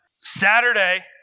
Saturday